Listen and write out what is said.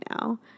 now